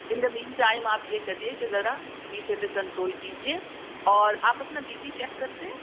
ان دا مین ٹائم آپ یہ کریئے کہ ذرا میٹھے پہ کنٹرول کیجئے اور آپ اپنا بی پی چیک کرتے ہیں